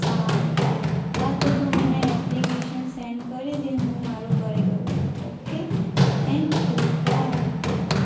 સારું હા તો તું મને એપ્લિકેશન સેન્ડ કરી દે હું મારું કરી દઉં છું ઓકે થેંક્યું બાય